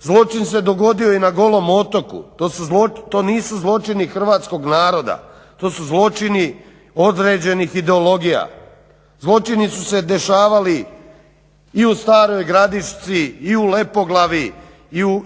Zločin se dogodio i na Golom otoku. To nisu zločini hrvatskog naroda, to su zločini određenih ideologija. Zločini su se dešavali i u Staroj Gradišci, i u Lepoglavi,